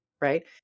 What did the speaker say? right